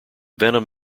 venom